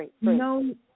no